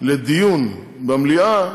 לדיון במליאה,